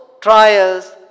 trials